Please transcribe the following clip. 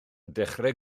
dechrau